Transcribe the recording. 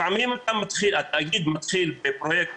לפעמים התאגיד מתחיל בפרויקט,